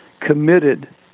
committed